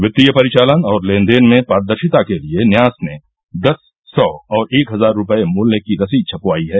वित्तीय परिचालन और लेनदेन में पारदर्शिता के लिए न्यास ने दस सौ और एक हजार रूपये रुपये मूल्य की रसीद छपवाई हैं